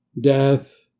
Death